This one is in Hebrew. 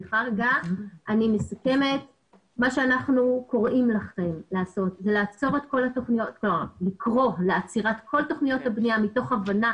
אנחנו קוראים לכם לקרוא לעצירת כל תכניות הבנייה מתוך הבנה